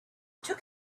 took